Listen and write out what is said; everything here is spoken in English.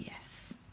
yes